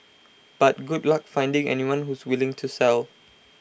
but good luck finding anyone who's willing to sell